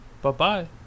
Bye-bye